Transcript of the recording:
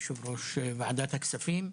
יושב-ראש ועדת הכספים,